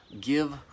give